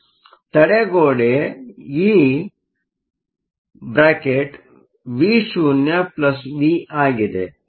ಆದ್ದರಿಂದ ತಡೆಗೋಡೆ EVo Vಆಗಿದೆ